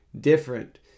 different